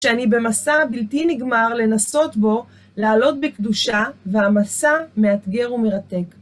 שאני במסע בלתי נגמר לנסות בו לעלות בקדושה, והמסע מאתגר ומרתק.